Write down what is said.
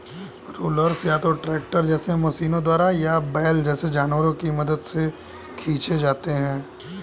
rollers या तो tractor जैसे मशीनों द्वारा या बैल जैसे जानवरों की मदद से खींचे जाते हैं